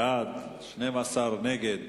בעד, 12, נגד,